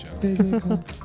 Physical